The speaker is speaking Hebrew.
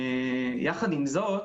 עם זאת,